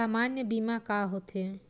सामान्य बीमा का होथे?